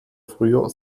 früher